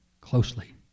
closely